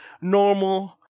normal